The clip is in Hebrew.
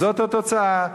זאת התוצאה.